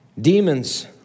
Demons